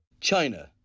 China